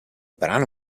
brano